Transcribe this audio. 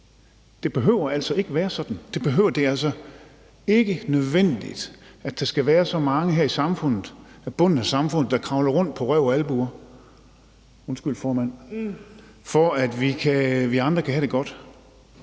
Det behøver altså ikke at være sådan. Det er altså ikke nødvendigt, at der skal være så mange her i samfundet – på bunden af samfundet – der kravler rundt på røv og albuer, undskyld formand (Fjerde